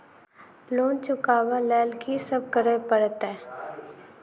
Loan चुका ब लैल की सब करऽ पड़तै?